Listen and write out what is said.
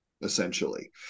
essentially